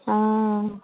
অঁ